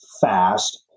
fast